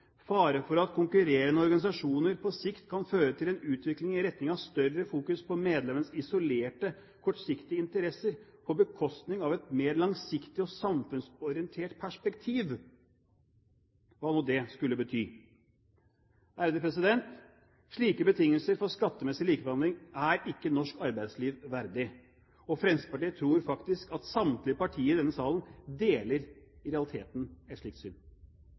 fare for at konkurrerende organisasjoner på sikt kan føre til en utvikling i retning av større fokus på medlemmenes isolerte kortsiktige interesser, på bekostning av et mer langsiktig og samfunnsorientert perspektiv». Hva nå det skulle bety? Slike betingelser for skattemessig likebehandling er ikke norsk arbeidsliv verdig. Fremskrittspartiet tror faktisk at samtlige partier i denne salen i realiteten deler et slikt syn.